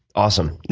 awesome.